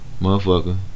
motherfucker